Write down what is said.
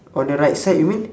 on the right side you mean